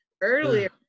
earlier